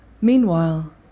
Meanwhile